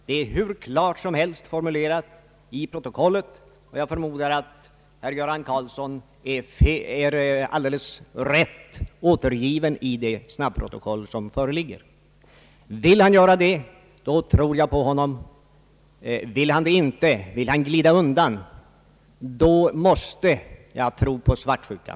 Det är hur klart som helst formulerat i protokollet, och jag förmodar att herr Göran Karlsson är alldeles rätt återgiven i det snabbprotokoll som föreligger. Vill han göra det, då tror jag på honom. Vill han det inte, vill han glida undan, då måste jag tro på svartsjukan.